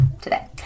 today